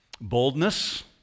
boldness